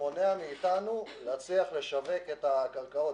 מונע מאיתנו להצליח לשווק את הקרקעות.